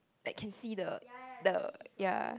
that can see the the ya